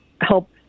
help